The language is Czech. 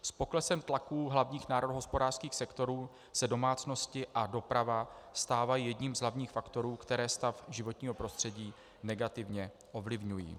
S poklesem tlaku hlavních národohospodářských sektorů se domácnosti a doprava stávají jedním z hlavních faktorů, které stav životního prostředí negativně ovlivňují.